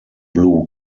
blue